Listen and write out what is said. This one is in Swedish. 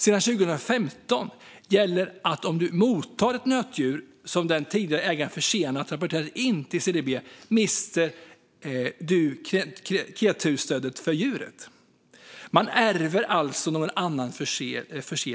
Sedan 2015 gäller att den som mottar ett nötdjur som den tidigare ägaren rapporterat in till CDB för sent mister kreatursstödet för djuret. Man ärver alltså någon annans förseelse.